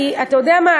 אתה יודע מה,